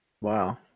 Wow